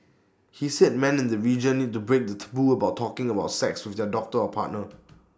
he said men in the region need to break the taboo about talking about sex with their doctor or partner